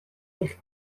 eich